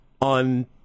on